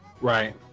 Right